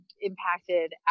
impacted